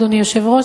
אדוני היושב-ראש,